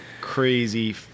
crazy